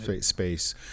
space